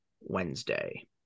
Wednesday